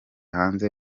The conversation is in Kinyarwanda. hanze